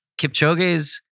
Kipchoge's